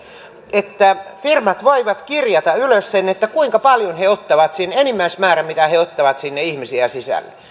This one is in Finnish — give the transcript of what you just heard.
että firmat voivat kirjata ylös sen kuinka paljon he ottavat sinne enimmäismäärän minkä he he ottavat sinne ihmisiä sisään